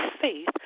faith